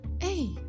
hey